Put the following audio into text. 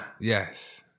Yes